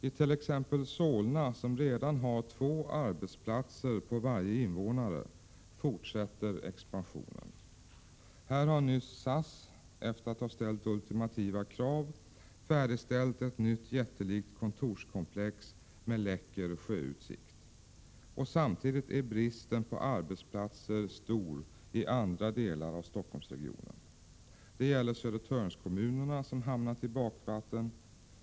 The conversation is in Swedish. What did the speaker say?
I t.ex. Solna, som redan har två arbetsplatser på varje invånare, fortsätter expansionen. Här har nyss SAS, efter att ha ställt ultimativa krav, färdigställt ett nytt, jättelikt kontorskomplex med läcker sjöutsikt. Samtidigt är bristen på arbetsplatser stor i andra delar av Stockholmsregionen. Det gäller Södertörnskommunerna, som har hamnat i bakvatten.